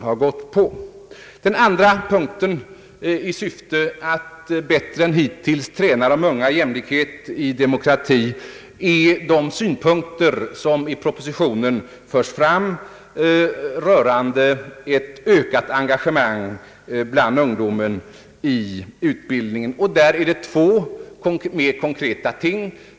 När det gäller den andra punkten, att bättre än hittills träna de unga i jämlikhet och demokrati, vill jag erinra om de synpunkter som i propositionen förs fram rörande ett ökat engagemang bland ungdomen i utbildningen. Det gäller här två mer konkreta ting.